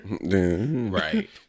Right